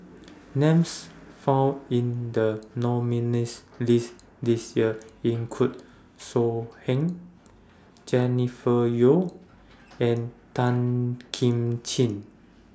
Names found in The nominees' list This Year in Could So Heng Jennifer Yeo and Tan Kim Ching